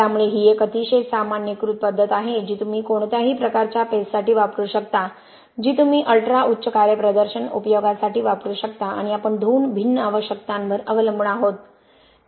त्यामुळे ही एक अतिशय सामान्यीकृत पद्धत आहे जी तुम्ही कोणत्याही प्रकारच्या पेस्टसाठी वापरू शकता जी तुम्ही अल्ट्रा उच्च कार्यप्रदर्शन उपयोगासाठी वापरू शकता आणि आपण दोन भिन्न आवश्यकतांवर अवलंबून आहोत